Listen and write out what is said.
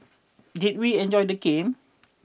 did we enjoy the game